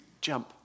Jump